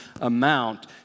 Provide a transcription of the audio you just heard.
amount